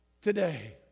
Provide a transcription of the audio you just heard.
today